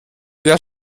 wer